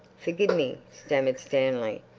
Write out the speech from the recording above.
forgive me, stammered stanley,